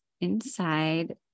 inside